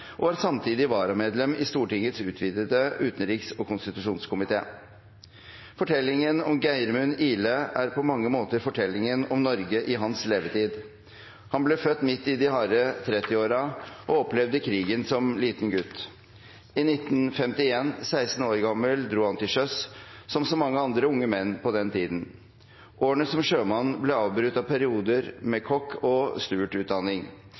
og var samtidig varamedlem i Stortingets utvidede utenriks- og konstitusjonskomité. Fortellingen om Geirmund Ihle er på mange måter fortellingen om Norge i hans levetid. Han ble født midt i de harde 30-årene og opplevde krigen som liten gutt. I 1951, 16 år gammel, dro han til sjøs, som så mange andre unge menn på den tiden. Årene som sjømann ble avbrutt av perioder med kokk- og